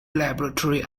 laboratory